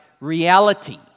reality